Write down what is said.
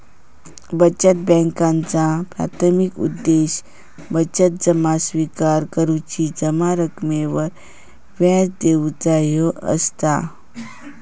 बचत बॅन्कांचा प्राथमिक उद्देश बचत जमा स्विकार करुची, जमा रकमेवर व्याज देऊचा ह्या असता